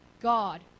God